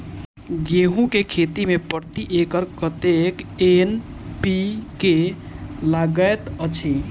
गेंहूँ केँ खेती मे प्रति एकड़ कतेक एन.पी.के लागैत अछि?